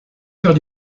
faire